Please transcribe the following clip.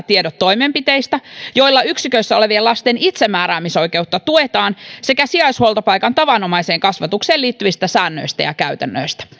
tiedot toimenpiteistä joilla yksikössä olevien lasten itsemääräämisoikeutta tuetaan sekä sijaishuoltopaikan tavanomaiseen kasvatukseen liittyvistä säännöistä ja käytännöistä